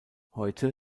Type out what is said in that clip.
heute